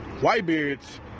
Whitebeard's